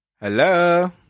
Hello